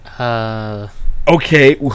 Okay